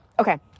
Okay